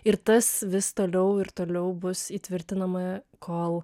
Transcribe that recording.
ir tas vis toliau ir toliau bus įtvirtinama kol